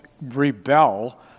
rebel